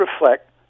reflect